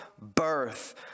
birth